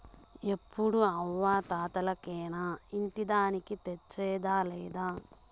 ఎప్పుడూ అవ్వా తాతలకేనా ఇంటి దానికి తెచ్చేదా లేదా